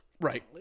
right